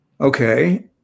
Okay